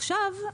עכשיו,